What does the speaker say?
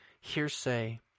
hearsay